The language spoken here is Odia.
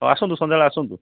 ହଁ ଆସନ୍ତୁ ସନ୍ଧ୍ୟାବେଳେ ଆସନ୍ତୁ